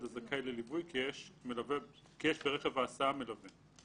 הזכאי לליווי כי יש ברכב ההסעה מלווה".